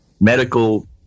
medical